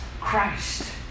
Christ